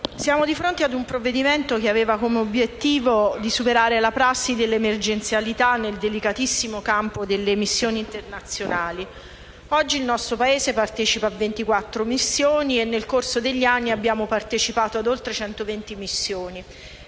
siamo di fronte ad un provvedimento che aveva come obiettivo il superamento della prassi delle emergenzialità nel delicatissimo campo delle missioni internazionali. Oggi il nostro Paese partecipa a 24 missioni e nel corso degli anni abbiamo partecipato ad oltre 120 missioni.